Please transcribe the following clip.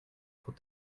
trop